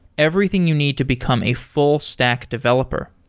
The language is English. everything you need to become a full stack developer.